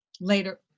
Later